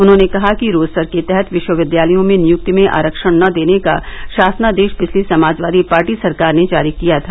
उन्होंने कहा कि रोस्टर के तहत विष्वविद्यालयों में नियुक्ति में आरक्षण न देने का षासनादेष पिछली समाजवादी पार्टी सरकार ने जारी किया था